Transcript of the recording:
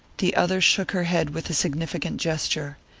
the other shook her head with a significant gesture.